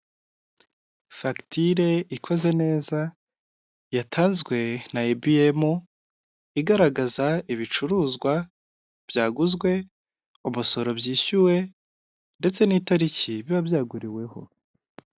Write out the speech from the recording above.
Fagitire ikoze neza yatanzwe na ibiyemu, igaragaza ibicuruzwa byaguzwe, umusoro byishyuwe ndetse n'itariki biba byaguriweho.